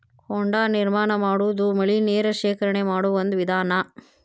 ಹೊಂಡಾ ನಿರ್ಮಾಣಾ ಮಾಡುದು ಮಳಿ ನೇರ ಶೇಖರಣೆ ಮಾಡು ಒಂದ ವಿಧಾನಾ